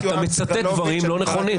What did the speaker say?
אתה מצטט דברם לא נכונים.